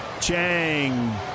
Chang